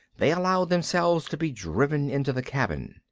they allowed themselves to be driven into the cabin.